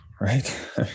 right